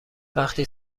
وقتی